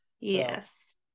yes